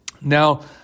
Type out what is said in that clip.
Now